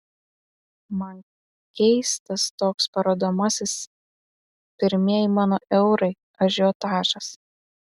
man keistas toks parodomasis pirmieji mano eurai ažiotažas